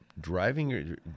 driving